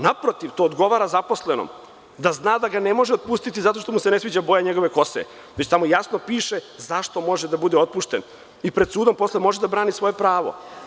Naprotiv, to odgovara zaposlenom, da zna da ga ne može otpustiti zato što mu se ne sviđa boja njegove kose, već tamo jasno piše zašto može da bude otpušten i pred sudom posle može da brani svoje pravo.